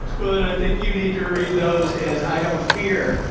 well and i think you need to read those as i don't fear,